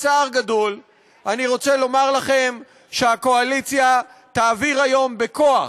בצער גדול אני רוצה לומר לכם שהקואליציה תעביר היום בכוח,